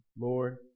Lord